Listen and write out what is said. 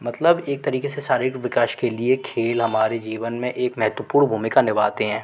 मतलब एक तरीक़े से शारीरिक विकास के लिए खेल हमारे जीवन में एक महत्वपूर्ण भूमिका निभाते हैं